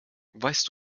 weißt